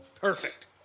Perfect